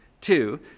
two